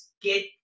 get